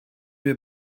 mir